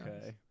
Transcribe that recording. Okay